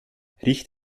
riecht